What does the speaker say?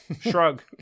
shrug